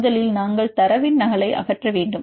முதலில் நாங்கள் தரவின் நகலை அகற்ற வேண்டும்